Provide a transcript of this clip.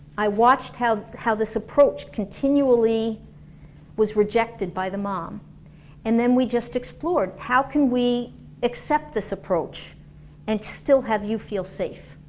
i watched how how this approach continually was rejected by the mom and then we just explored, how can we accept this approach and still have you feel safe?